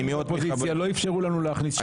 באופוזיציה לא אפשרו לנו להכניס שמות.